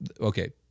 Okay